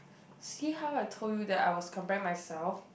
see how I told you that I was comparing myself